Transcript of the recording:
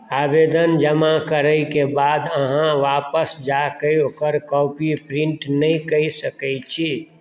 आवेदन जमा करैके बाद अहाँ वापस जा कऽ ओकर कॉपी प्रिंट नहि कऽ सकैत छी